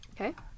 Okay